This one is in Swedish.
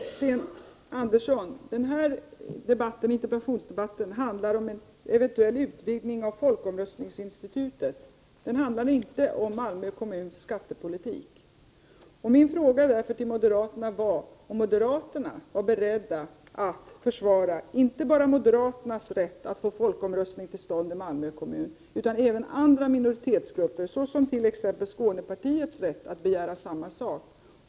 Herr talman! Den här interpellationsdebatten handlar, Sten Andersson i Malmö, om en eventuell utvidgning av folkomröstningsinstitutet, inte om Malmö kommuns skattepolitik. Min fråga till moderaterna var därför om de var beredda att försvara inte bara sin rätt att få till stånd folkomröstning i Malmö kommun utan även andra minoritetsgruppers, t.ex. Skånepartiets, rätt att göra detsamma.